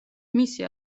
მისი